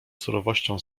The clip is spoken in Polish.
surowością